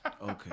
Okay